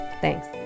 Thanks